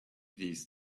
these